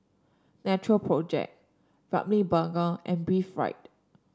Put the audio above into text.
Natural Project Ramly Burger and Breathe Right